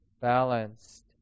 balanced